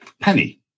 Penny